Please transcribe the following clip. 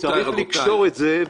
צריך לקשור את זה.